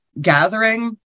gathering